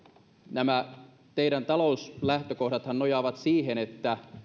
nämä teidän talouslähtökohtannehan nojaavat siihen että